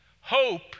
Hope